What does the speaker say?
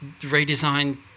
redesigned